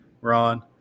Ron